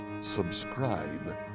subscribe